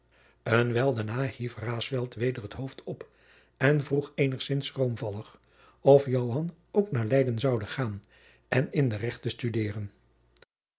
wijl daarna hief raesfelt weder het hoofd op en vroeg eenigzins schroomvallig of joan ook naar leyden zoude gaan en in de rechten studeeren